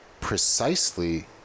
precisely